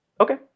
Okay